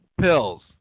pills